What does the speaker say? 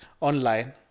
online